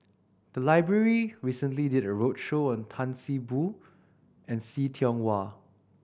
the library recently did a roadshow on Tan See Boo and See Tiong Wah